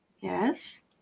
Yes